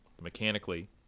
mechanically